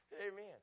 Amen